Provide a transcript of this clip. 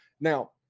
Now